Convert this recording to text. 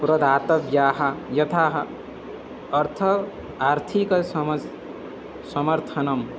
प्रदातव्याः यथा अर्थ आर्थिकसमं समर्थनं